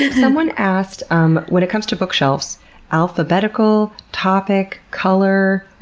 and someone asked um when it comes to bookshelves alphabetical, topic, color?